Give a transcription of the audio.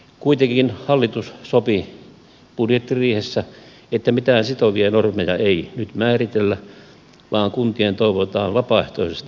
kuitenkin hallitus sopi budjettiriihessä että mitään sitovia normeja ei nyt määritellä vaan kuntien toivotaan vapaaehtoisesti parantavan palveluja